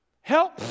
Help